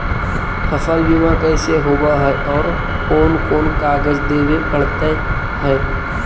फसल बिमा कैसे होब है और कोन कोन कागज देबे पड़तै है?